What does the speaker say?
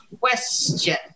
question